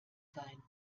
sein